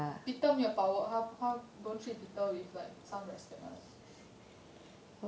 peter 没有 power 他他 don't treat peter with like some respect [one]